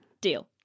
Deal